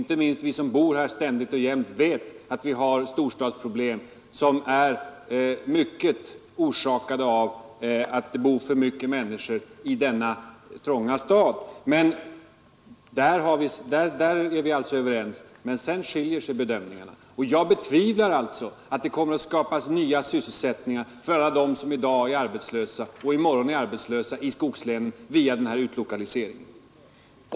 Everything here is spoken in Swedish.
Inte minst vi som bor här permanent vet att vi har problem som i hög grad är orsakade av att det finns för många människor i denna trånga region. Därom är vi alltså överens, men sedan skiljer sig bedömningarna, och jag betvivlar starkt att det via den här utlokaliseringen kommer att skapas nya sysselsättningar för dem som i dag och i framtiden är arbetslösa i skogslänen.